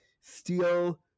steel